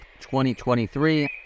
2023